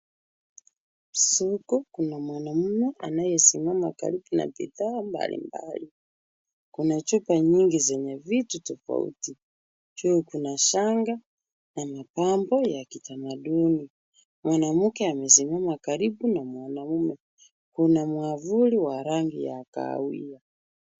Soko kuna mwanaume anayesimama karibu na bidhaa mbalimbali. Kuna chupa nyingi zenye vitu tofauti. Juu kuna shanga na mapambo ya kitamaduni. Mwanamke amesimama karibu na mwanaume. Kuna mwavuli wa rangi ya kahawia.